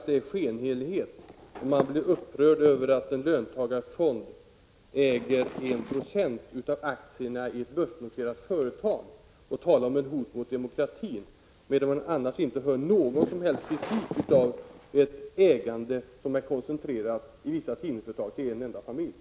Det är skenhelighet om man blir upprörd över att en löntagarfond äger 1 96 av aktierna i ett börsnoterat företag och talar om hot mot demokratin, när man annars inte för fram någon som helst kritik mot ett ägande i vissa tidningar som är koncentrerat till en enda familj.